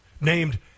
named